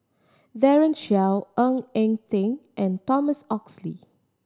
Daren Shiau Ng Eng Teng and Thomas Oxley